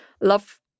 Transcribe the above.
love